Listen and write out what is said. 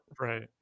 Right